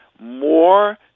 more